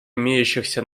имеющихся